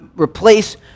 replace